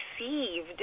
received